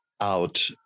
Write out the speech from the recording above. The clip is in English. out